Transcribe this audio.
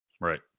Right